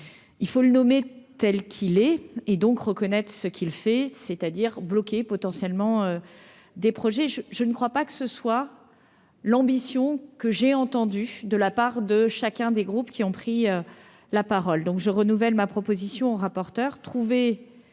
il faut le nommer telle qu'il est et donc reconnaître ce qu'il fait, c'est-à-dire bloquées potentiellement des projets je je ne crois pas que ce soit l'ambition que j'ai entendu de la part de chacun des groupes qui ont pris la parole, donc je renouvelle ma proposition rapporteur